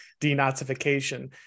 denazification